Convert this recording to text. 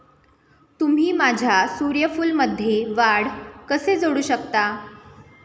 तुम्ही माझ्या सूर्यफूलमध्ये वाढ कसे जोडू शकता?